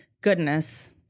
goodness